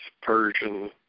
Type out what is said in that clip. Persian